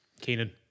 Keenan